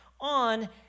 on